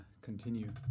continue